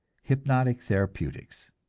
hypnotic therapeutics.